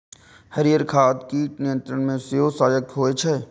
हरियर खाद कीट नियंत्रण मे सेहो सहायक होइ छै